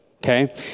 Okay